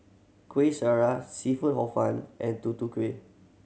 Kueh Syara seafood Hor Fun and Tutu Kueh